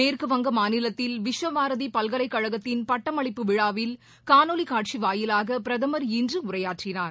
மேற்குவங்க மாநிலத்தில் விஸ்வபாரதிபல்கலைக்கழகத்தின் பட்டமளிப்பு விழாவில் காணொலிகாட்சிவாயிலாகபிரதமர் இன்றுடரையாற்றினார்